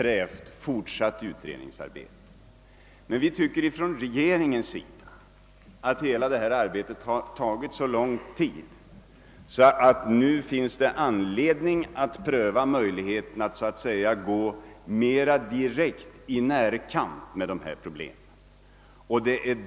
Men regeringen anser att hela detta arbete har tagit så lång tid att det nu finns anledning att pröva möjligheten att så att säga gå mera direkt i närkamp med Gotlands trafikproblem.